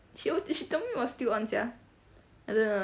she was she told me it was still on sia I don't know lah